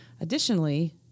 Additionally